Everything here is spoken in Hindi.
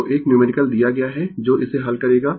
तो एक न्यूमेरिकल दिया गया है जो इसे हल करेगा